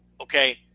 Okay